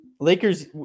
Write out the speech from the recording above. Lakers